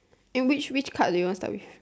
eh which which card do you want to start with